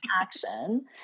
action